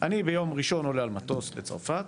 אני ביום ראשון עולה על מטוס לצרפת,